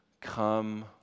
come